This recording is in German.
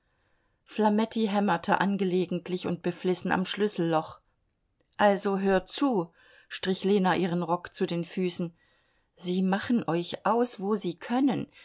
flametti hämmerte angelegentlich und beflissen am schlüsselloch also hört zu strich lena ihren rock zu den füßen sie machen euch aus wo sie können